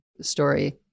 story